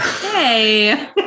Hey